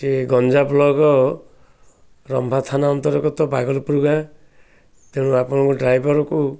ସେ ଗଞ୍ଜାମ୍ ବ୍ଲକ୍ ରମ୍ଭା ଥାନା ଅନ୍ତର୍ଗତ ବାାଗଲପୁର ଗାଁ ତେଣୁ ଆପଣଙ୍କ ଡ୍ରାଇଭରକୁ